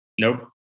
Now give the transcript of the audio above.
Nope